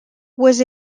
was